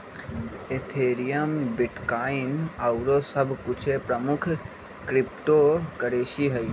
Ethereum, bitcoin आउरो सभ कुछो प्रमुख क्रिप्टो करेंसी हइ